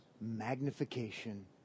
magnification